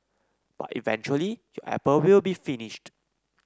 but eventually your apple will be finished